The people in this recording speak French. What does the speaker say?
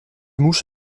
mouche